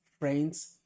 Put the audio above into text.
friends